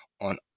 on